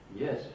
yes